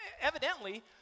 evidently